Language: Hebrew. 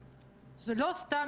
סיימתי.